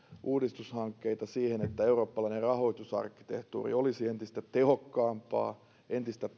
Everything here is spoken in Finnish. uudistushankkeita siinä että eurooppalainen rahoitusarkkitehtuuri olisi entistä tehokkaampaa entistä